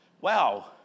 Wow